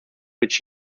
which